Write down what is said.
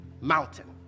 Mountain